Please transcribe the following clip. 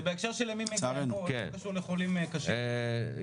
איני מדבר על החולים הקשים,